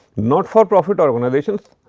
not-for-profit organizations.